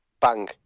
bang